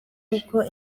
uko